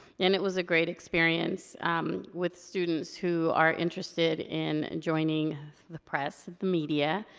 and it was a great experience with students who are interested in joining the press, the media.